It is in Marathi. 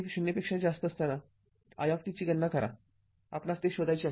t० साठी I ची गणना करा आपणास ते शोधायचे आहे